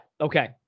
Okay